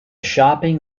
shopping